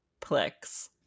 Plex